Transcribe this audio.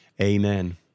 Amen